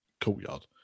courtyard